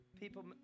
people